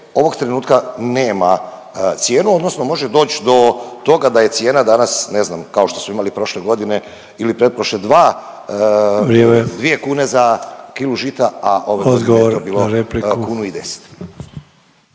ovog trenutka nema cijenu odnosno može doć do toga da je cijena danas ne znam kao što smo imali prošle godine ili pretprošle dva…/Upadica Sanader: Vrijeme./…dvije